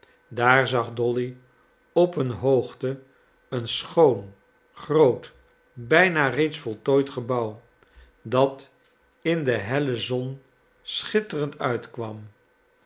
daar zag dolly op een hoogte een schoon groot bijna reeds voltooid gebouw dat in de helle zon schitterend uitkwam